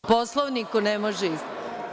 Po Poslovniku ne može isti.